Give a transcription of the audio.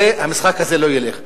המשחק הזה לא ילך.